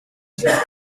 just